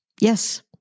Yes